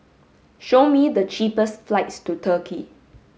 show me the cheapest flights to Turkey